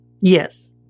Yes